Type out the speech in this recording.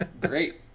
great